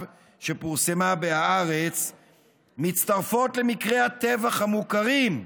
שפורסמה בהארץ מצטרפות למקרי הטבח המוכרים,